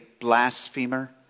blasphemer